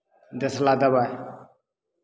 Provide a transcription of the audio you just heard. देसला दबाइ